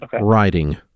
writing